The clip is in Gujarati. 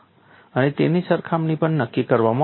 અને તેની સરખામણી પણ નક્કી કરવામાં આવી છે